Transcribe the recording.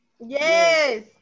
Yes